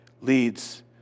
leads